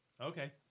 Okay